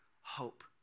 hope